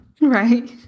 Right